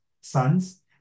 sons